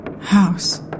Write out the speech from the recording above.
House